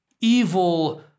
evil